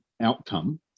outcome